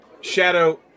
shadow